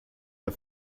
der